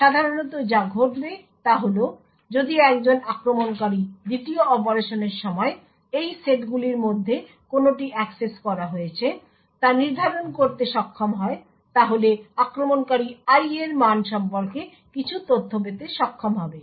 সাধারণত যা ঘটবে তা হল যদি একজন আক্রমণকারী দ্বিতীয় অপারেশনের সময় এই সেটগুলির মধ্যে কোনটি অ্যাক্সেস করা হয়েছে তা নির্ধারণ করতে সক্ষম হয় তাহলে আক্রমণকারী i এর মান সম্পর্কে কিছু তথ্য পেতে সক্ষম হবে